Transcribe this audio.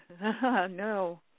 No